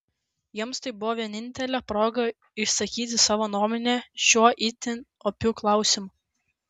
jiems tai buvo vienintelė proga išsakyti savo nuomonę šiuo itin opiu klausimu